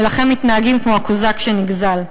ולכן מתנהגים כמו הקוזק הנגזל.